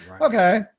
Okay